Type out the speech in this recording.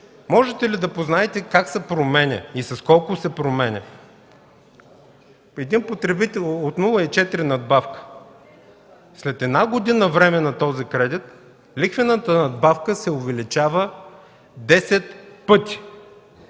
Можете ли да познаете как се променя и с колко се променя от 0,4 надбавката? След една година време на този кредит лихвената надбавка се увеличава 10 пъти.